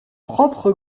propre